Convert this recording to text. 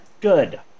Good